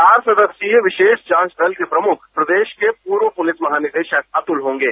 चार सदस्यीय विशेष जांच दल के प्रमुख प्रदेश के पूर्व पुलिस महानिदेशक अतुल होंगे